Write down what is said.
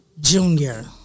junior